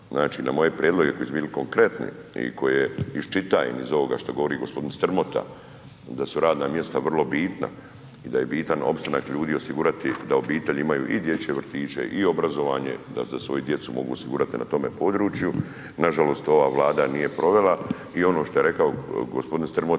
Znači na moje prijedloge koje su bili konkretni i koje iščitavam iz ovoga što govori g. Stromota, da su radna mjesta vrlo bitna i daj e bitan opstanak ljudi osigurati i da obitelji imaju i dječje vrtiće i obrazovanje, da za svoju djecu mogu osigurati na tome području, nažalost ova Vlada nije provela i ono što je rekao g. Strmota,